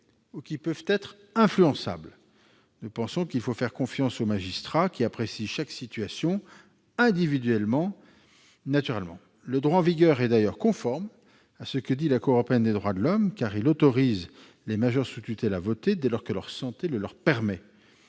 ou qui peuvent être influençables. Nous pensons qu'il faut faire confiance aux magistrats, qui apprécient chaque situation individuellement. Le droit en vigueur est d'ailleurs conforme à ce que dit la Cour européenne des droits de l'homme, car il autorise les majeurs sous tutelle à voter dès lors que leur santé le leur permet.